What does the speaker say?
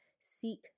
seek